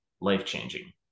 life-changing